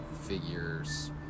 figures